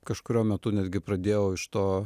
kažkuriuo metu netgi pradėjau iš to